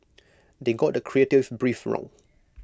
they got the creative brief wrong